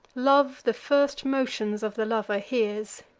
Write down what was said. love the first motions of the lover hears,